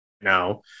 now